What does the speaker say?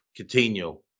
Coutinho